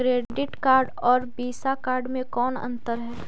Credit card और Visa card मे कौन अन्तर है?